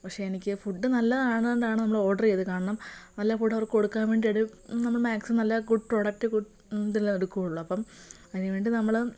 പക്ഷെ എനിക്ക് ഫുഡ് നല്ലതായതുകൊണ്ടാണ് നമ്മൾ ഓർഡർ ചെയ്തത് കാരണം നല്ല ഫുഡ് അവർക്ക് കൊടുക്കാൻ വേണ്ടിയാണ് നമ്മൾ മാക്സിമം നല്ല ഗുഡ് പ്രോഡക്റ്റ് ഗുഡ് ഇതിൽ എടുക്കുകയുളളൂ അപ്പം അതിന് വേണ്ടി നമ്മൾ